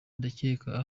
ndacyeka